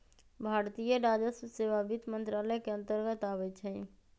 भारतीय राजस्व सेवा वित्त मंत्रालय के अंतर्गत आबइ छै